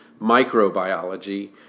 microbiology